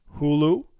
Hulu